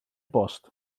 bost